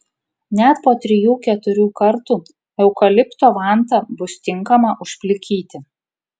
net po trijų keturių kartų eukalipto vanta bus tinkama užplikyti